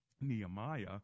Nehemiah